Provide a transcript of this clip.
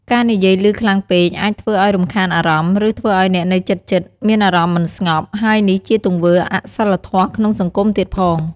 ការនិយាយឮខ្លាំងពេកអាចធ្វើឲ្យរំខានអារម្មណ៍ ឬ ធ្វើឲ្យអ្នកនៅជិតៗមានអារម្មណ៍មិនស្ងប់ ហើយនេះជាទង្វើអសីលធម៌ក្នុងសង្គមទៀតផង។